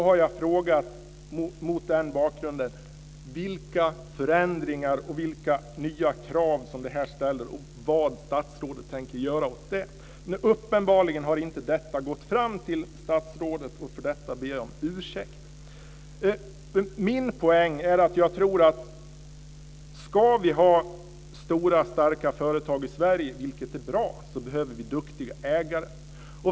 Mot den bakgrunden har jag frågat vilka förändringar som behövs, vilka nya krav detta ställer och vad statsrådet tänker göra åt det. Uppenbarligen har inte detta gått fram till statsrådet och för detta ber jag om ursäkt. Min poäng är att om vi ska ha stora, starka företag i Sverige, vilket är bra, behöver vi duktiga ägare.